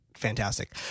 fantastic